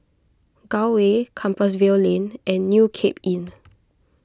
Gul Way Compassvale Lane and New Cape Inn